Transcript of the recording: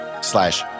slash